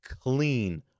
clean